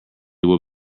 will